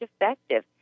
effective